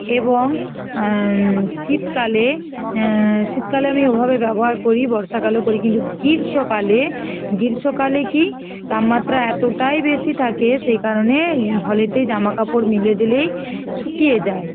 এবং শীতকালে শীতকালে আমি ওভাবে ব্যবহার করি বর্ষাকালেও করি কিন্তু গ্রীষ্মকালে গ্রীষ্মকালে কি তামমাত্রা এতটাই বেশি থাকে সে কারণে হলেতে জামা কাপড় মেলে দিলেই শুকিয়ে যায়